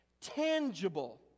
tangible